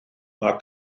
mae